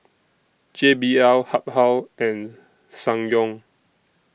J B L Habhal and Ssangyong